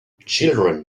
children